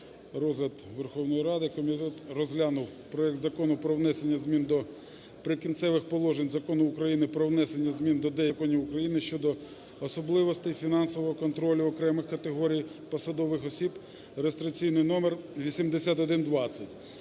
розгляд Верховної Ради. Комітет розглянув проект Закону про внесення змін до Прикінцевих положень Закону України "Про внесення змін до деяких законів України щодо особливостей фінансового контролю окремих категорій посадових осіб" (реєстраційний номер 8120),